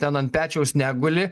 ten ant pečiaus neguli